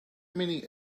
many